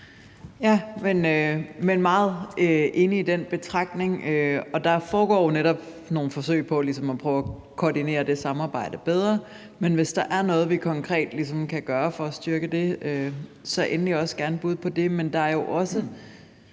Jeg er meget enig i den betragtning. Der foregår netop nogle forsøg på ligesom at koordinere det samarbejde bedre, men hvis der er noget, vi ligesom konkret kan gøre for at styrke det, så kom endelig gerne med et bud på det.